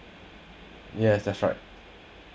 yes that's right